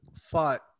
fought